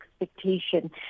expectation